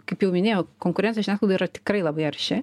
kaip jau minėjau konkurentų žiniasklaida yra tikrai labai arši